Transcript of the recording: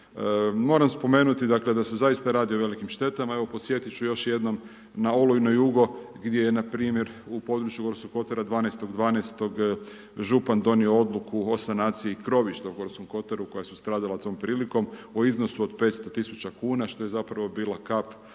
Moramo spomenuti dakle da se zaista radi o velikim štetama, evo podsjetit ću još jednom na olujno jugo gdje je npr. u području Gorskog kotara 12. 12. župan donio odluku o sanaciji krovišta u Gorskom kotaru koja su stradala u tom prilikom u iznosu od 500 000 kuna što je zapravo bila kap